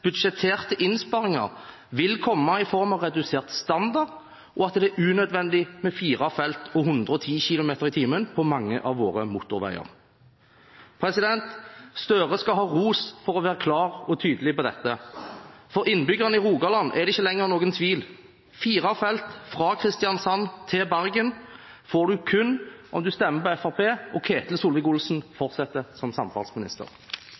budsjetterte innsparinger vil komme i form av redusert standard, og at det er unødvendig med fire felt og 110 km/t på mange av våre motorveier. Gahr Støre skal ha ros for å være klar og tydelig på dette. For innbyggerne i Rogaland er det ikke lenger noen tvil. Fire felt fra Kristiansand til Bergen får en kun om en stemmer på Fremskrittspartiet og Ketil Solvik-Olsen fortsetter som samferdselsminister.